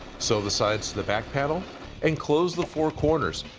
sew the sides of the back panel and close the four corners,